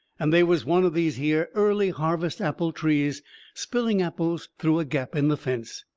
and they was one of these here early harvest apple trees spilling apples through a gap in the fence.